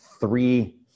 three